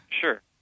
Sure